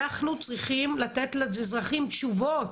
אנחנו צריכים לתת לאזרחים תשובות.